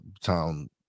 town